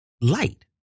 light